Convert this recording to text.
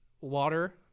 water